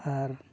ᱟᱨ